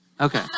Okay